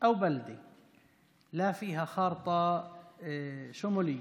או יישוב שאין בהם תוכנית כוללנית,